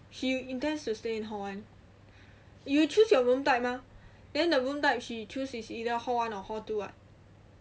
she intends to stay in hall one you choose your room type mah then the room type she choose is either hall one or hall two [what]